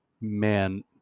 man